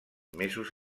mesos